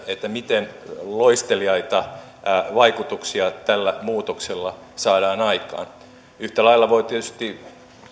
miten loisteliaita vaikutuksia tällä muutoksella saadaan aikaan yhtä lailla voi tietysti